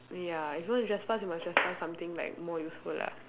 ya if you want to trespass you must trespass something like more useful lah